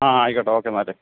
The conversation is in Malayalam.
ആ ആയിക്കോട്ടെ ഓക്കെ എന്നാൽ